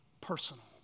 personal